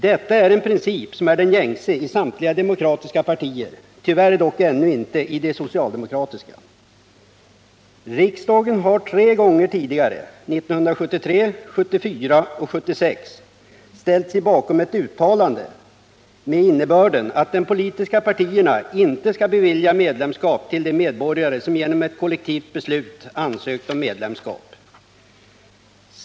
Detta är en princip som är den gängse i samtliga demokratiska partier — tyvärr dock ännu inte i det socialdemokratiska. Riksdagen har tre gånger tidigare — 1973, 1974 och 1976 — ställt sig bakom ett uttalande med innebörden att de politiska partierna inte skall bevilja 133 medlemskap till de medborgare som genom ett kollektivt beslut ansökt om medlemskap.